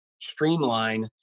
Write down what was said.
streamline